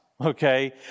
okay